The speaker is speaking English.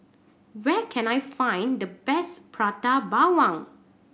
where can I find the best Prata Bawang